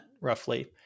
roughly